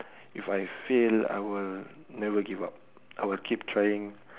if I fail I will never give up I will keep trying